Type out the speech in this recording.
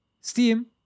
Steam